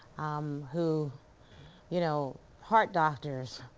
um who you know heart doctors,